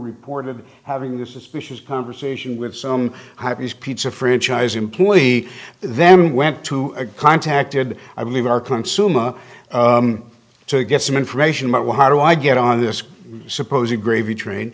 reported having this suspicious conversation with some pizza franchise employee then went to a contacted i believe our consumer to get some information about what how do i get on this supposed gravy train